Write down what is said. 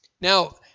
Now